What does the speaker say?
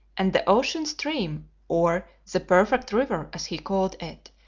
and the ocean stream or the perfect river, as he called it,